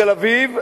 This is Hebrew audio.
בתל-אביב,